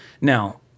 Now